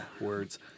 words